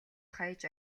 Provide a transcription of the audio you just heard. хаяж